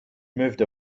moved